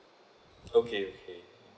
okay okay